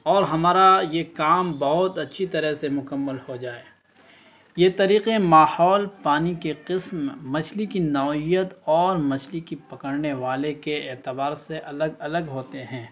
اور ہمارا یہ کام بہت اچھی طرح سے مکمل ہو جائے یہ طریقے ماحول پانی کے قسم مچھلی کی نوعیت اور مچھلی کی پکڑنے والے کے اعتبار سے الگ الگ ہوتے ہیں